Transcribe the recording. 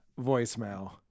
voicemail